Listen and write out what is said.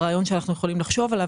זה הרעיון שאנחנו יכולים לחשוב עליו,